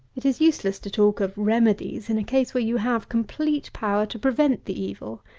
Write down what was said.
it is useless to talk of remedies in a case where you have complete power to prevent the evil.